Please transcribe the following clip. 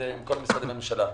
שחלה על כל משרדי הממשלה.